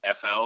FL